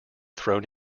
thrown